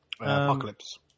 Apocalypse